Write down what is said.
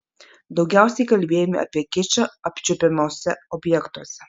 daugiausiai kalbėjome apie kičą apčiuopiamuose objektuose